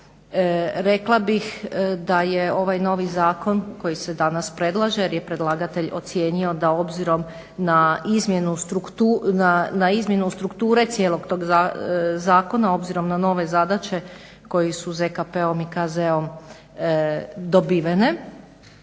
Rekla bih da je ovaj novi zakon koji se danas predlaže jer je predlagatelj ocijenio da obzirom na izmjenu strukture cijelog tog zakona obzirom na nove zadaće koji su ZKP-om i KZ-om dobivene,